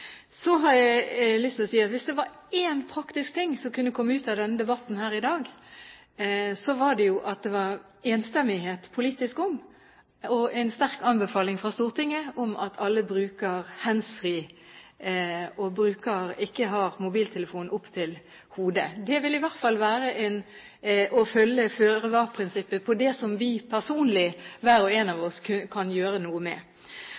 Så har jeg lyst til å si at hvis det var én praktisk ting som kunne komme ut av denne debatten her i dag, var det jo at det var enstemmighet politisk, og en sterk anbefaling fra Stortinget, om at alle bruker handsfree og ikke har mobiltelefonen opp til hodet. Det ville i hvert fall være å følge føre-var-prinsippet når det gjelder det som vi personlig hver og én av oss kan gjøre noe med.